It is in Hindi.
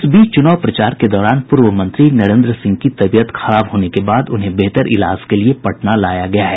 इस बीच चूनाव प्रचार के दौरान पूर्व मंत्री नरेन्द्र सिंह की तबीयत खराब होने के बाद उन्हें बेहतर इलाज के लिए पटना लाया गया है